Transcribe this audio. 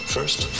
First